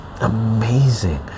amazing